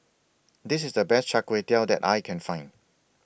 This IS The Best Char Kway Teow that I Can Find